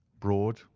broad,